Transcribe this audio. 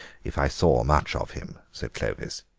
if i saw much of him, said clovis.